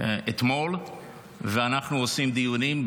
אנחנו עושים דיונים,